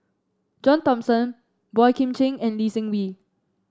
John Thomson Boey Kim Cheng and Lee Seng Wee